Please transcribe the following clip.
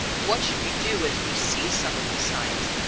what should we do if we see some of these signs?